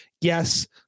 yes